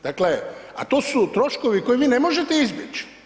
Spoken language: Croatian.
Dakle, a to su troškovi koje vi ne možete izbjeći.